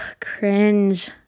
cringe